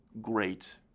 great